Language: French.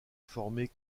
formée